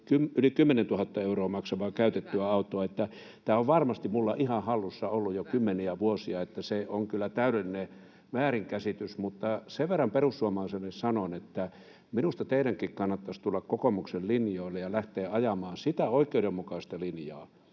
yli 10 000 euroa maksavaa käytettyä autoa. [Leena Meri: Hyvä!] Tämä on varmasti minulla ihan hallussa ollut jo kymmeniä vuosia, niin että se on kyllä täydellinen väärinkäsitys. Mutta sen verran perussuomalaisille sanon, että minusta teidänkin kannattaisi tulla kokoomuksen linjoille ja lähteä ajamaan sitä oikeudenmukaista linjaa,